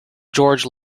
george